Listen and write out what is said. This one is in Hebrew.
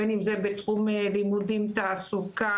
בין אם זה בתחום לימודים תעסוקה,